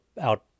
out